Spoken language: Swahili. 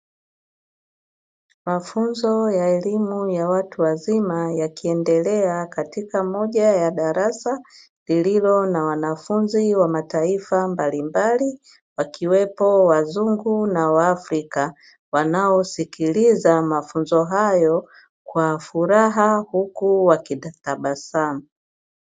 Mafunzo ya elimu ya watu wazima yakiendelea, katika moja ya darasa lililo na wanafunzi wa mataifa mbalimbali, wakiwepo wazungu na waafrika wanaosikiliza mafunzo hayo kwa furaha, huku wakitabasamu.